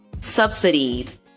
subsidies